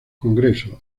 congreso